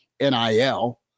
NIL